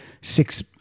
six